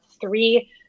three